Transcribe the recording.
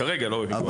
כרגע לא בפיקוח.